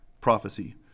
prophecy